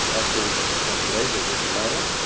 i call him, like, les, as in a male.